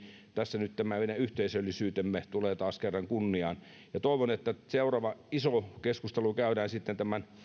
tässä nyt tämä meidän yhteisöllisyytemme tulee taas kerran kunniaan toivon että seuraava iso keskustelu käydään sitten tämän